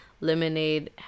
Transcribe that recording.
Lemonade